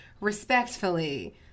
respectfully